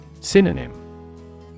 synonym